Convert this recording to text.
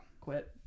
quit